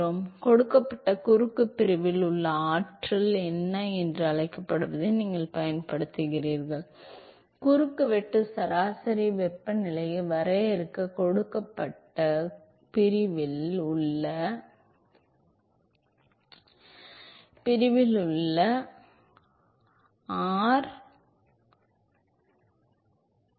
எனவே கொடுக்கப்பட்ட குறுக்கு பிரிவில் உள் ஆற்றல் என்று அழைக்கப்படுவதை நீங்கள் பயன்படுத்துகிறீர்கள் எனவே குறுக்குவெட்டு சராசரி வெப்பநிலையை வரையறுக்க கொடுக்கப்பட்ட குறுக்கு பிரிவில் உள்ள உள் ஆற்றலின் பண்புகளைப் பயன்படுத்தவும்